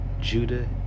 Judah